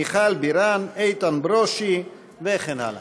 מיכל בירן, איתן ברושי וכן הלאה.